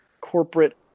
corporate